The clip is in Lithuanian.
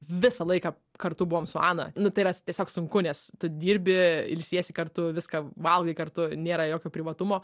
visą laiką kartu buvom su ana nu tai yra tiesiog sunku nes tu dirbi ilsiesi kartu viską valgai kartu nėra jokio privatumo